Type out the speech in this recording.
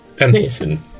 amazing